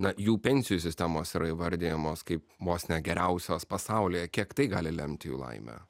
na jų pensijų sistemos yra įvardijamos kaip vos ne geriausios pasaulyje kiek tai gali lemti jų laimę